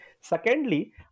secondly